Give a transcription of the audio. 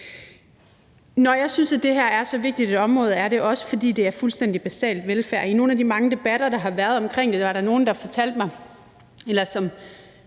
Når jeg synes, at det her er så vigtigt et område, er det også, fordi det er fuldstændig basal velfærd, og i nogle af de mange debatter, der har været om det, indvendte jeg, at der nu